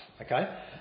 okay